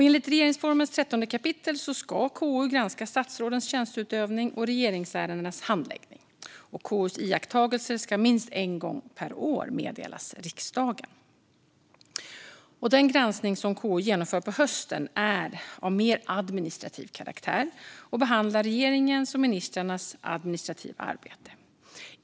Enligt regeringsformens 13 kap. ska KU granska statsrådens tjänsteutövning och regeringsärendenas handläggning, och KU:s iakttagelser ska minst en gång per år meddelas riksdagen. Den granskning som KU genomför på hösten är av mer administrativ karaktär och behandlar regeringens och ministrarnas administrativa arbete.